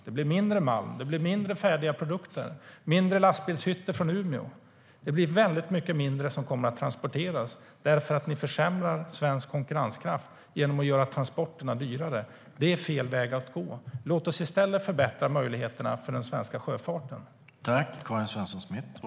Det blir mindre av skog, malm, färdiga produkter och lastbilshytter från Umeå. Det blir mycket mindre som kommer att transporteras därför att ni försämrar svensk konkurrenskraft genom att göra transporterna dyrare. Det är fel väg att gå. Låt oss i stället förbättra möjligheterna för den svenska sjöfarten.